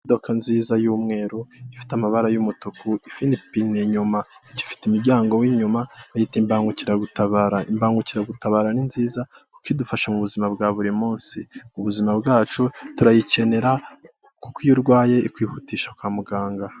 Imodoka nziza y'mweru ifite amabara yumutuku ifinipine inyuma igifite imiryango w'inyuma bahita imbangukiragutabara. Imbangukiragutabara ni nziza kukodufasha mu buzima bwa buri munsi muzima bwacu turayikenera kuko iyo urwaye ikwihutisha kwa muganga.